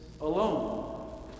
alone